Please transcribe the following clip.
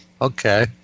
okay